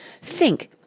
Think